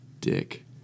dick